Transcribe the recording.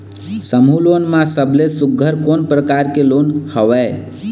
समूह लोन मा सबले सुघ्घर कोन प्रकार के लोन हवेए?